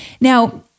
Now